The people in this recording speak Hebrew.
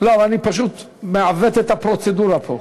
אני פשוט מעוות את הפרוצדורה פה.